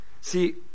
See